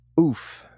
oof